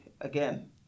again